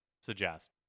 suggest